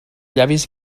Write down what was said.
llavis